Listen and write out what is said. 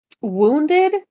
wounded